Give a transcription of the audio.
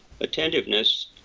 attentiveness